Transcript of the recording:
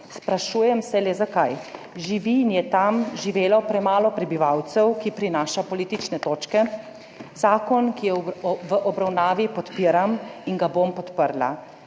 Sprašujem se, le zakaj. Živi in je tam živelo premalo prebivalcev, ki prinašajo politične točke? Zakon, ki je v obravnavi, podpiram in ga bom podprla.